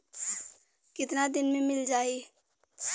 कितना दिन में मील जाई?